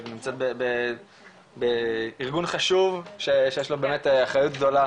את נמצאת בארגון חשוב שיש לו באמת אחריות גדולה